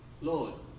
Lord